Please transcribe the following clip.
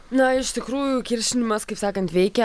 na iš tikrųjų kiršinimas kaip sakant veikia